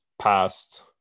past